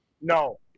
no